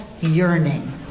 yearning